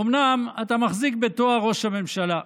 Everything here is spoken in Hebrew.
אומנם אתה מחזיק בתואר ראש הממשלה,